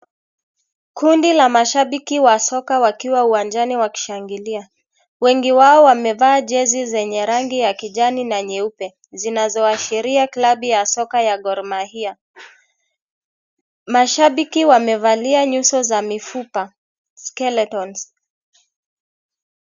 Kundi la mashabiki wa soka wakiwa uwanjani wakishangilia, wengi wao wamevaa jesi zenye rangi ya kijani na nyeupe zinazoashiria club ya soka ya Gormahia, mashabiki wamevalia nyuso za mifupa skeletons .